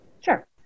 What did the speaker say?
Sure